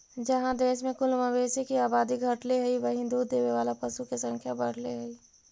जहाँ देश में कुल मवेशी के आबादी घटले हइ, वहीं दूध देवे वाला पशु के संख्या बढ़ले हइ